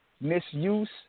misuse